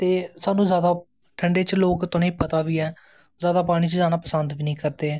ते स्हानू जादा लोग ठंडू च तुसेंगी पता बी ऐ जादा पानी च जाना पसंद बी नी करदे ऐं